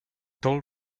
told